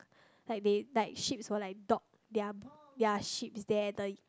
like they like ships will like dock their their ships there the